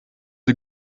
sie